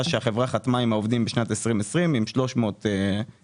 שהחברה חתמה עם העובדים בשנת 2020 עם 300 משרות.